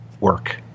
work